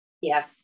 yes